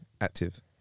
Active